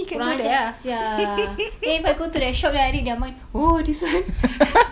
kurang ajar sia then if I go to that shop then I read their mind oh this [one]